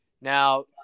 Now